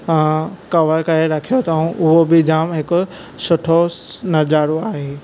cover करे रखियो अथऊं उहो बि जाम हिकु सुठो नज़ारो आहे